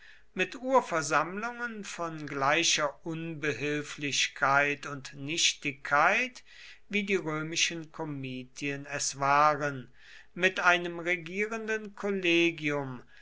mit urversammlungen von gleicher unbehilflichkeit und nichtigkeit wie die römischen komitien es waren mit einem regierenden kollegium